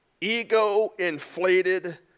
ego-inflated